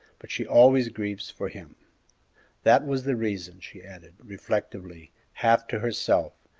but she always grieves for him that was the reason, she added, reflectively, half to herself,